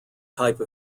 type